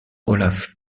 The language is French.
olaf